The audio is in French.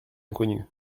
connu